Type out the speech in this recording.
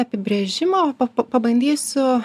apibrėžimą pa pabandysiu